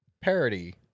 Parody